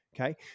Okay